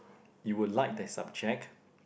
you would like that subject